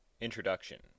Introduction